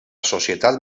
societat